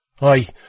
I